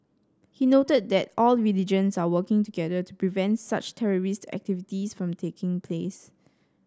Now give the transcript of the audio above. he noted that all religions are working together to prevent such terrorist activities from taking place